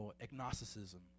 agnosticism